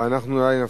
אנחנו אולי נפסיק,